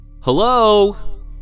Hello